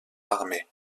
armé